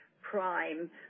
prime